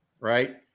right